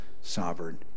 sovereign